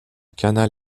canal